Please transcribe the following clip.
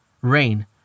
Rain